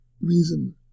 reason